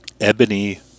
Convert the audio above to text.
ebony